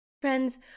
Friends